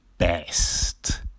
best